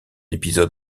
épisode